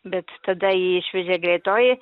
bet tada jį išvežė greitoji